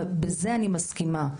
ובזה אני מסכימה,